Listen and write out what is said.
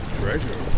treasure